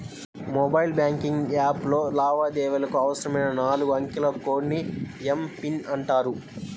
mobile banking యాప్లో లావాదేవీలకు అవసరమైన నాలుగు అంకెల కోడ్ ని ఎమ్.పిన్ అంటారు